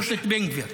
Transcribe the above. תודה רבה, אדוני.